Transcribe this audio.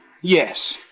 Yes